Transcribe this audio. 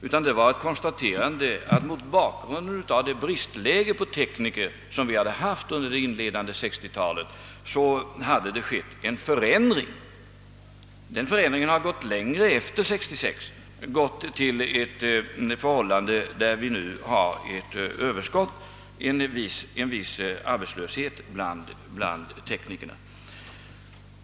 Det var endast ett konstaterande av att en förändring hade skett mot bakgrunden av det bristläge som rådde i fråga om tekniker under förra delen av 1960-talet. Den förändringen har gått längre efter 1966, så att vi nu har ett visst överskott, en viss arbetslöshet bland teknikerna.